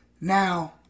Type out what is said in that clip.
Now